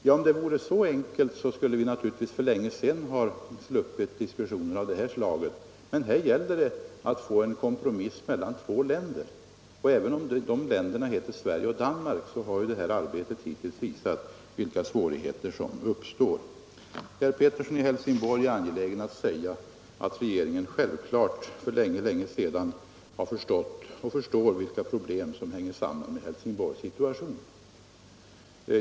Ja, om det hela vore så enkelt, skulle vi för länge sedan ha sluppit diskussioner av det här slaget, men här gäller det att få till stånd en kompromiss mellan två länder. Och även om de länderna heter Sverige och Danmark, har ju arbetet hittills visat vilka svårigheter som kan uppstå. Herr Pettersson i Helsingborg är angelägen att säga att regeringen självfallet sedan länge har förstått och förstår vilka problem som hänger samman med Helsingborgs situation.